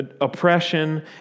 oppression